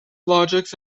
logics